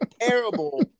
terrible